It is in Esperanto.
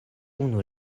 unu